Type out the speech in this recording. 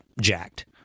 jacked